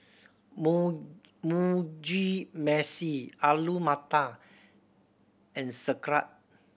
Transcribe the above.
Mu Mugi Meshi Alu Matar and Sauerkraut